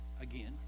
again